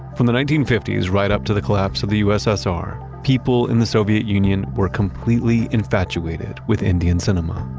from the nineteen fifty s right up to the collapse of the ussr, people in the soviet union were completely infatuated with indian cinema.